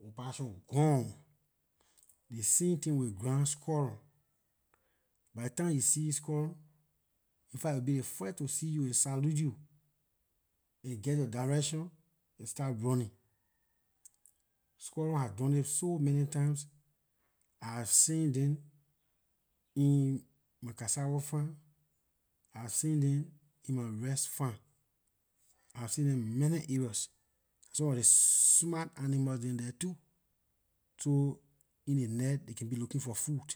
ley opossum gone ley same it with ground squirrel by ley time you see squirrel infact it will be the first to see you it salute you it geh yor direction and start running squirrel have done it so many times I have seen them in my cassava farm I have seen them in my rice farm I have seen them many areas some of ley smart animals dem there too so in ley night they can be looking for food.